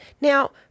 Now